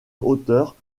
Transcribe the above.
auteurs